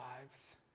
lives